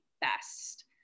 best